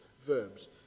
verbs